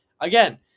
again